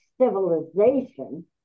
civilization